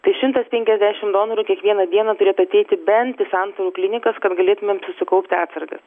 tai šimtas penkiasdešim donorų kiekvieną dieną turėtų ateiti bent į santarų klinikas kad galėtumėm sukaupti atsargas